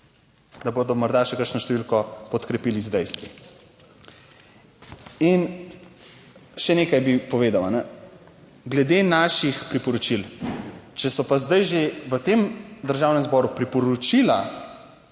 da bodo morda še kakšno številko podkrepili z dejstvi. In še nekaj bi povedal. Glede naših priporočil; če so pa zdaj že v tem državnem zboru priporočila